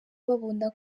babona